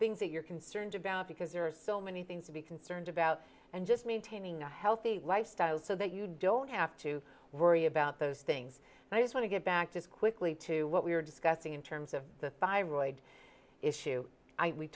things that you're concerned about because there are so many things to be concerned about and just maintaining a healthy lifestyle so that you don't have to worry about those things and i just want to get back to squiggly to what we were discussing in terms of the thyroid issue i we